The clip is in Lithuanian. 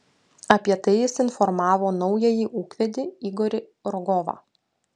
apie tai jis informavo naująjį ūkvedį igorį rogovą